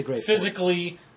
Physically